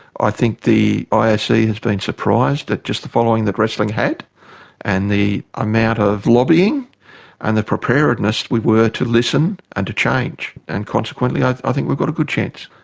i think the ah ioc has been surprised at just the following that wrestling had and the amount of lobbying and the preparedness we were to listen and to change, and consequently i i think we've got a good chance.